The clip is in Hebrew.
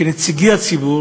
כנציגי הציבור,